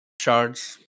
Shards